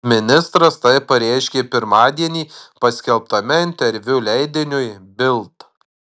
ministras tai pareiškė pirmadienį paskelbtame interviu leidiniui bild